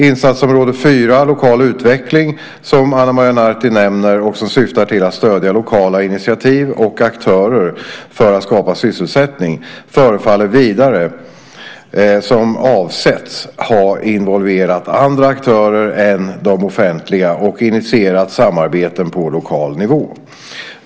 Insatsområde 4 Lokal utveckling, som Ana Maria Narti nämner och som syftar till att stödja lokala initiativ och aktörer för att skapa sysselsättning, förefaller vidare, som avsetts, ha involverat andra aktörer än de offentliga och initierat samarbeten på lokal nivå.